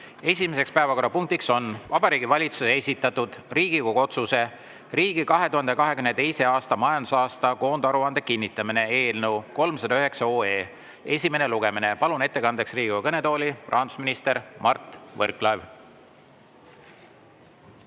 Esimene päevakorrapunkt on Vabariigi Valitsuse esitatud Riigikogu otsuse "Riigi 2022. aasta majandusaasta koondaruande kinnitamine" eelnõu 309 esimene lugemine. Palun ettekandeks Riigikogu kõnetooli rahandusminister Mart Võrklaeva.